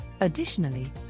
Additionally